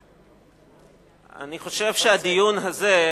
אני חושב שהדיון הזה,